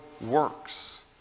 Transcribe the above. works